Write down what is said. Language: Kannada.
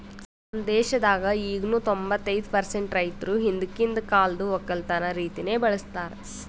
ನಮ್ ದೇಶದಾಗ್ ಈಗನು ತೊಂಬತ್ತೈದು ಪರ್ಸೆಂಟ್ ರೈತುರ್ ಹಿಂದಕಿಂದ್ ಕಾಲ್ದು ಒಕ್ಕಲತನ ರೀತಿನೆ ಬಳ್ಸತಾರ್